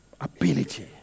ability